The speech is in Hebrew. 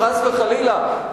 חס וחלילה,